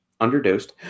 underdosed